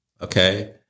okay